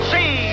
See